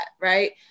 Right